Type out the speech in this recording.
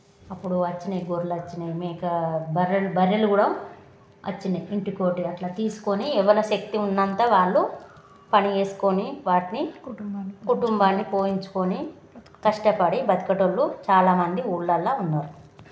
అప్పుడు వచ్చాయి గొర్లు వచ్చాయి మేక బర్రెలు బర్రెలు కూడా వచ్చాయి ఇంటికి ఒకటి అలా తీసుకోని ఎవరి శక్తి ఉన్నంత వాళ్ళు పని చేసుకోని వాటిని కుటుంబాన్ని పోషించుకొని కష్టపడి బతికే వాళ్ళు చాలా మంది ఊళ్ళళ్ళో ఉన్నారు